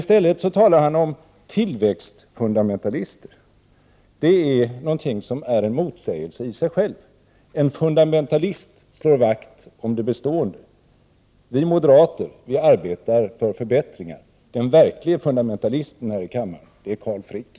I stället talar han alltså om ”tillväxtfundamentalister”. Det är om något en motsägelse i sig självt. En fundamentalist slår vakt om det bestående. Vi moderater arbetar för förbättringar. Den verklige fundamentalisten här i kammaren är Carl Frick.